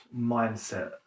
mindset